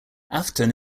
afton